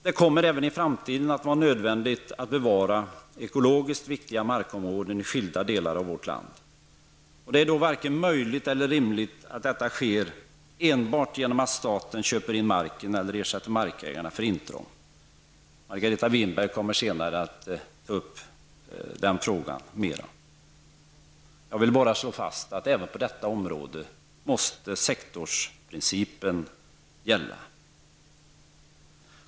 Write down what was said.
Det kommer även i framtiden att vara nödvändigt att bevara ekologiskt viktiga markområden i skilda delar av vårt land. Det är då varken möjligt eller rimligt att detta sker enbart genom att staten köper in marken eller ersätter markägarna för intrång. Margareta Winberg kommer senare att ta upp den frågan mera. Jag vill bara slå fast att även på detta område måste sektorsprincipen gälla.